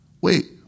wait